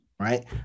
Right